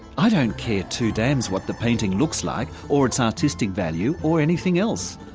i don't care two damns what the painting looks like or its artistic value or anything else.